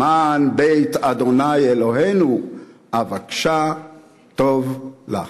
למען בית ה' אלהינו אבקשה טוב לך".